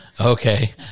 Okay